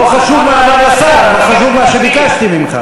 לא חשוב מה אמר השר, חשוב מה שביקשתי ממך.